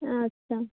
ᱟᱪᱷᱟ